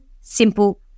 simple